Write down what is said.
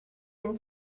been